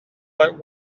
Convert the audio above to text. but